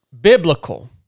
biblical